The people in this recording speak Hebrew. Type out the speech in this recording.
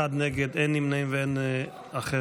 אחד נגד, אין נמנעים ואין אחרים.